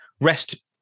REST